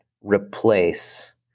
replace